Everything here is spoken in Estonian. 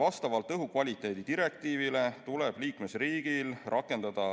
Vastavalt õhukvaliteedi direktiivile tuleb liikmesriigil rakendada